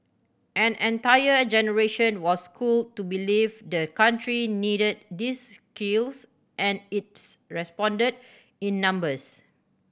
an entire generation was schooled to believe the country needed these skills and its responded in numbers